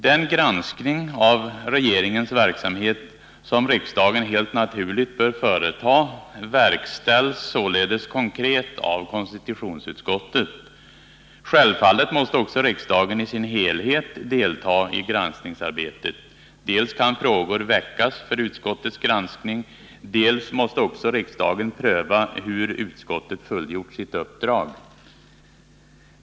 Den granskning av regeringens verksamhet som riksdagen helt naturligt bör företa verkställs således konkret av konstitutionsutskottet. Självfallet måste också riksdagen i sin helhet delta i granskningsarbetet. Dels kan frågor väckas för utskottets granskning, dels måste också riksdagen pröva hur utskottet fullgjort sitt uppdrag.